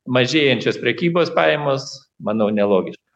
mažėjančias prekybos pajamas manau nelogiš